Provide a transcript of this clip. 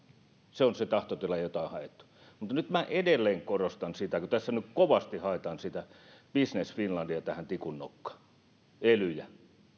se on se tahtotila jota on haettu mutta nyt edelleen korostan sitä kun tässä nyt kovasti haetaan business finlandia ja elyjä tikun nokkaan